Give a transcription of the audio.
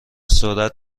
سرعت